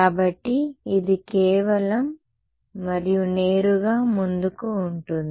కాబట్టి ఇది కేవలం మరియు నేరుగా ముందుకు ఉంటుంది